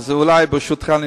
אז ברשותך,